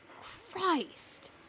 Christ